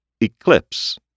Eclipse